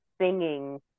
singing